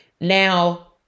Now